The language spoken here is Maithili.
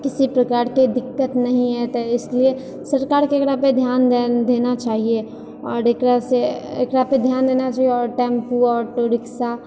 किसी प्रकारके दिक्कत नहि ऐतै इसलिए सरकारके एकरा पर ध्यान देना चाहिए आओर एकरासँ एकरा पर ध्यान देना चाहिए आओर टेम्पू ऑटोरिक्शा